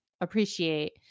appreciate